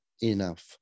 enough